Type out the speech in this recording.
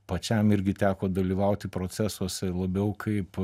pačiam irgi teko dalyvauti procesuose labiau kaip